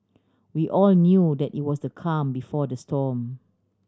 we all knew that it was the calm before the storm